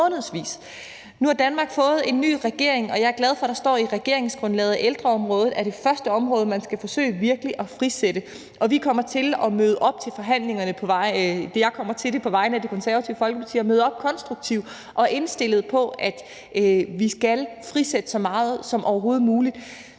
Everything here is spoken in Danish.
Nu har Danmark fået en ny regering, og jeg er glad for, at der står i regeringsgrundlaget, at ældreområdet er det første område, man skal forsøge virkelig at frisætte. Og vi kommer til at møde op til forhandlingerne, eller rettere, jeg kommer til på vegne af Det Konservative Folkeparti at møde op og være konstruktiv og indstillet på, at vi skal frisætte så meget som overhovedet muligt.